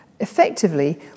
effectively